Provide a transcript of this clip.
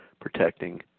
protecting